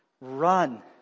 run